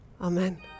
Amen